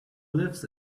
lives